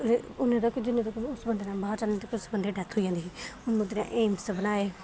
जिन्ने तक्कर उस बंदे ने बाह्र जाना उन्ने तक्कर उस बंदे दी डैत्थ होई जंदी ही हून द्इधर एम्स बनाए